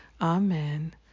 Amen